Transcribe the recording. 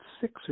six